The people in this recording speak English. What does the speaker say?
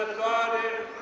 god and